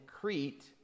Crete